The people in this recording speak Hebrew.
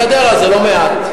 בחדרה זה לא מעט,